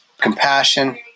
compassion